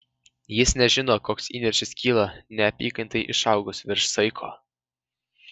jis nežino koks įniršis kyla neapykantai išaugus virš saiko